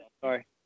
Sorry